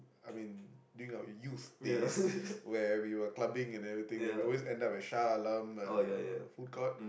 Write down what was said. I mean during our youth days where we were clubbing and everything we always end up at Shah-Alam uh food court